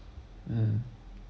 um